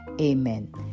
Amen